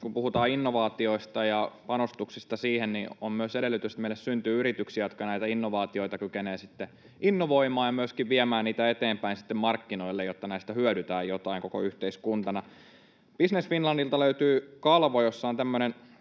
Kun puhutaan innovaatioista ja panostuksista siihen, niin on myös edellytys, että meille syntyy yrityksiä, jotka näitä innovaatioita kykenevät sitten innovoimaan ja myöskin viemään niitä eteenpäin markkinoille, jotta näistä hyödytään jotain koko yhteiskuntana. Business Finlandilta löytyy kalvo, jossa on tämmöinen